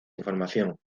información